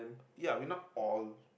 ya we not all